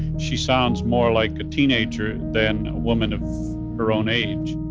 she sounds more like a teenager and than a woman of her own age